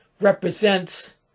represents